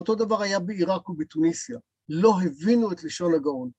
אותו דבר היה בעיראק ובתוניסיה, לא הבינו את לשון הגאון.